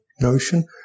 notion